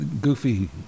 goofy